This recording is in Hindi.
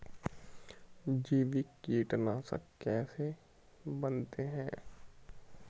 जैविक कीटनाशक कैसे बनाते हैं?